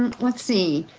um let's see,